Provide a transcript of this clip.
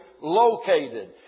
located